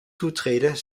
toetreden